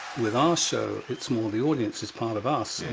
with our show, it's more the audience is part of us,